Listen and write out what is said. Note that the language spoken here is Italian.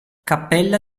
cappella